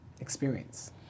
experience